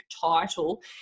title